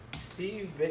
Steve